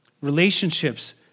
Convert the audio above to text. Relationships